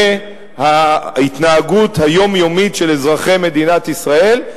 ההתנהגות היומיומית של אזרחי מדינת ישראל,